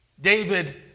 David